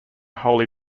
holy